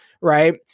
right